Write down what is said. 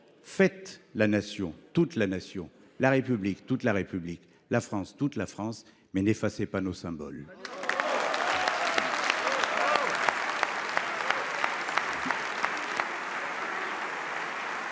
Faites la Nation, toute la Nation ; la République, toute la République ; la France, toute la France ; n’effacez pas nos symboles